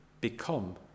Become